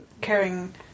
caring